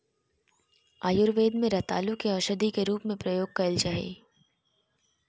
आयुर्वेद में रतालू के औषधी के रूप में प्रयोग कइल जा हइ